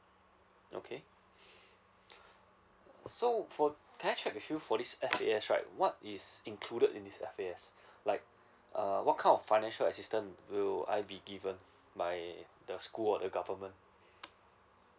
okay so for can I check with you for this F_A_S right what is included in this F_A_S like uh what kind of financial assistant will I be given by the school or the government